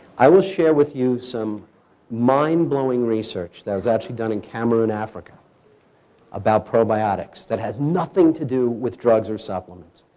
i will share with you some mind-blowing research that was actually done in cameroon, africa about probiotics. that has nothing to do with drugs or supplements.